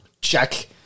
check